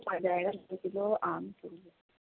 پڑ جائے گا دو کلو آم